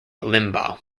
limbaugh